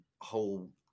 whole